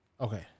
Okay